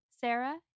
Sarah